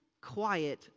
quiet